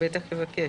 הוא בטח יבקש.